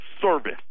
service